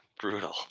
brutal